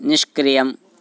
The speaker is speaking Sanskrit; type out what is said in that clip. निष्क्रियम्